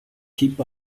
keep